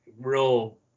real